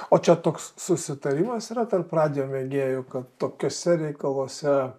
o čia toks susitarimas yra tarp radijo mėgėjų kad tokiuose reikaluose